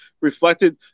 reflected